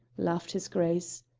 laughed his grace.